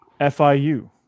FIU